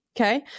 okay